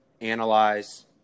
analyze